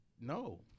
No